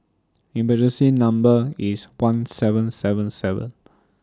emergency Number IS one seven seven seven